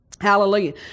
Hallelujah